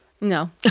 No